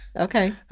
Okay